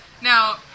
Now